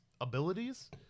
abilities